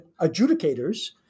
adjudicators